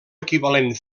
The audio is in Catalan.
equivalent